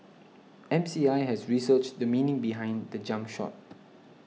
M C I has researched the meaning behind the jump shot